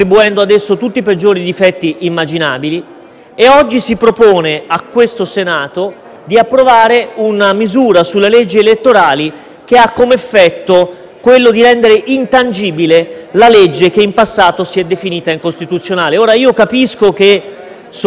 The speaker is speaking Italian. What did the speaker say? avrebbe come effetto quello di rendere intangibile la legge che, in passato, si è definita incostituzionale. Capisco che soprattutto il MoVimento 5 Stelle, negli ultimi mesi e settimane, si sia specializzato nel fare il contrario di quello che ha sempre detto, però - forse - si sta